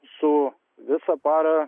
su visą parą